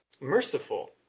merciful